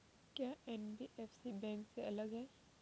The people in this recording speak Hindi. क्या एन.बी.एफ.सी बैंक से अलग है?